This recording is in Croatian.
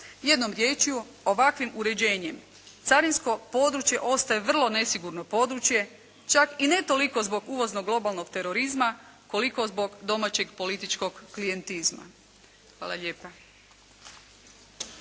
Jednom riječju, ovakvim uređenjem carinsko područje ostaje vrlo nesigurno područje, čak i ne toliko zbog uvozno- globalnog terorizma, koliko zbog domaćeg političkog klijentizma. Hvala lijepa.